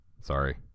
sorry